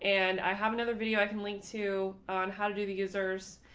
and i have another video i can link to on how to do the users.